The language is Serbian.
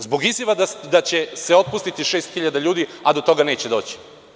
Zbog izjava da će se otpustiti 6000 ljudi, a do toga neće doći?